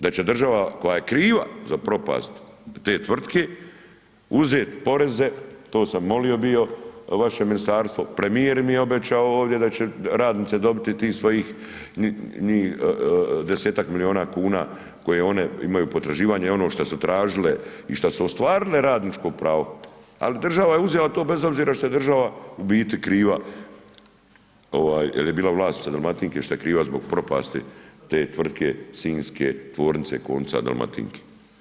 Da će država koja je kriva za propast te tvrtke uzet poreze, to sam molio bio, vaše ministarstvo, premijer mi je obećao ovdje da će radnice dobiti tih svojih ni 10-tak milijuna kuna koje one imaju potraživanja i ono šta su tražile i šta su ostvarile radničko pravo, al država je uzela to bez obzira što je država u biti kriva jel je bila vlasnica Dalmatinke, šta je kriva zbog propasti te tvrtke sinjske tvornice konca Dalmatinke.